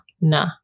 nah